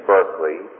Berkeley